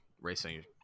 racing